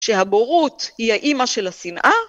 שהבורות היא האימא של השנאה?